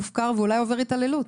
מופקר ואולי עובר התעללות.